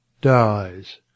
Dies